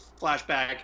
flashback